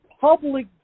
public